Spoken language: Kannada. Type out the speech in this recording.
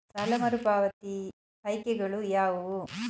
ಸಾಲ ಮರುಪಾವತಿ ಆಯ್ಕೆಗಳು ಯಾವುವು?